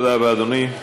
תודה רבה, אדוני.